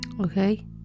okay